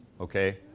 Okay